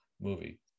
movie